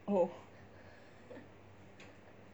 oh